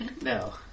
No